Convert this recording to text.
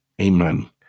amen